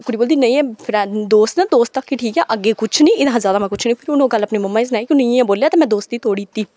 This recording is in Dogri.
कुड़ी बोलदी नेईं फ्रैंड दोस्त आं दोस्त तक ही ठीक ऐ अग्गें कुछ नेईं एह्दे शा ज्यादा में कुछ नेईं उ'नें एह् गल्ल अपनी मम्मा गी सनाई कि उ'न्नै इ'यां इ'यां बोलेआ ते में दोस्ती तोड़ी दित्ती